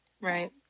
right